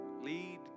lead